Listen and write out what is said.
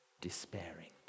despairing